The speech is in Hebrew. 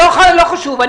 לא חשוב.